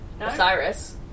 Osiris